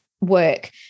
work